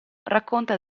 racconta